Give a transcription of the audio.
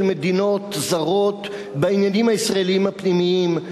מדינות זרות בעניינים הישראליים הפנימיים,